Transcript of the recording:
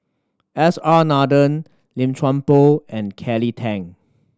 S R Nathan Lim Chuan Poh and Kelly Tang